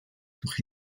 durch